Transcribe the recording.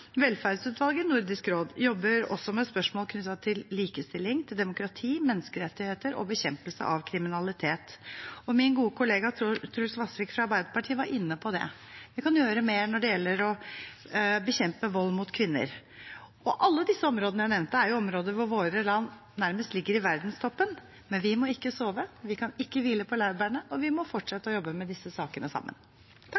velferdsutvalget i Nordisk Råd også jobber med spørsmål knyttet til likestilling, til demokrati, menneskerettigheter og bekjempelse av kriminalitet. Min gode kollega Truls Vasvik fra Arbeiderpartiet var inne på det. Vi kan gjøre mer når det gjelder å bekjempe vold mot kvinner. Alle disse områdene jeg nevnte, er områder hvor våre land nærmest ligger i verdenstoppen. Men vi må ikke sove. Vi kan ikke hvile på laurbærene, og vi må fortsette